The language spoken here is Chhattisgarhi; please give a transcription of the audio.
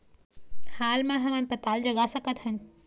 हाल मा हमन पताल जगा सकतहन?